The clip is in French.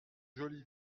jolivet